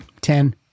Ten